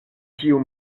tiu